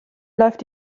läuft